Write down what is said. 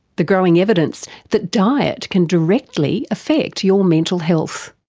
the growing evidence that diet can directly affect your mental health.